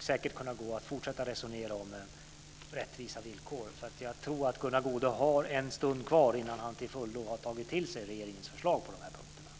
ska kunna gå att fortsätta att resonera om rättvisa villkor. Jag tror att Gunnar Goude har en stund kvar innan han till fullo har tagit till sig regeringens förslag på den här punkten.